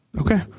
okay